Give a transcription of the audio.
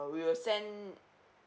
we will send